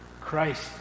Christ